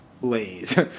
blaze